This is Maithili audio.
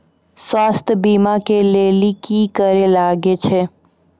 स्वास्थ्य बीमा के लेली की करे लागे छै?